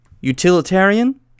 Utilitarian